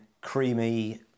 creamy